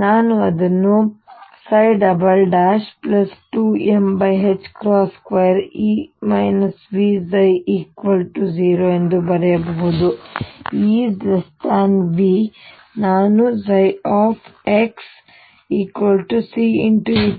ಹಾಗಾಗಿ ನಾನು ಇದನ್ನು 2m2E Vψ0 ಎಂದು ಬರೆಯಬಹುದು ಮತ್ತು E V ನಾನು xCeβxDe